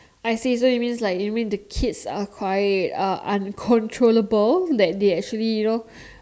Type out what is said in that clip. I see so it's mean like you mean the kids are crying are uncontrollable that they actually you know